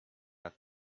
that